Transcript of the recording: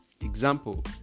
Example